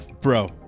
Bro